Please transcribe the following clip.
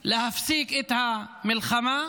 להפסיק את המלחמה,